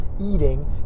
eating